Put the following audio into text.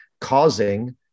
causing